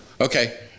Okay